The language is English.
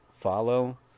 follow